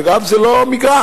ואגב זה לא מגרעת,